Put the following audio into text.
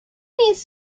needs